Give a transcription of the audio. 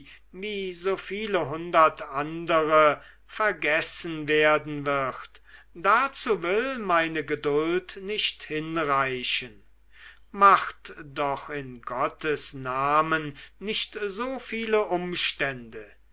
wie so viele hundert andere vergessen werden wird dazu will meine geduld nicht hinreichen macht doch in gottes namen nicht so viel umstände